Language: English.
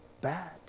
bad